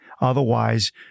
Otherwise